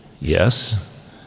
yes